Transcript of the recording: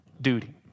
duty